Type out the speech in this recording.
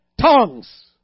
tongues